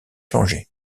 changer